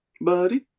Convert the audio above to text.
buddy